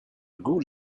goût